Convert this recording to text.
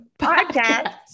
podcast